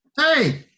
Hey